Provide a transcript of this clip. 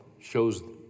shows